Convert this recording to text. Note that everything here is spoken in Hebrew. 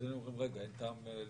אז היינו אומרים, רגע, אין טעם לשחרר.